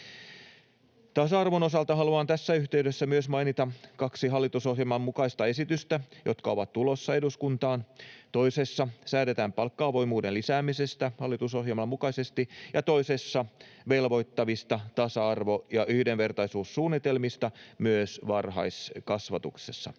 Tasa-arvon osalta haluan tässä yhteydessä mainita myös kaksi hallitusohjelman mukaista esitystä, jotka ovat tulossa eduskuntaan. Toisessa säädetään palkka-avoimuuden lisäämisestä hallitusohjelman mukaisesti ja toisessa velvoittavista tasa-arvo- ja yhdenvertaisuussuunnitelmista myös varhaiskasvatuksessa.